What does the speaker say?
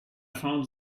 found